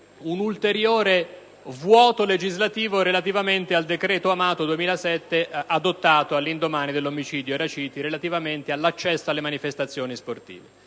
un ulteriore vuoto legislativo relativamente al decreto Amato del 2007, adottato all'indomani dell'omicidio Raciti in relazione all'accesso alle manifestazioni sportive.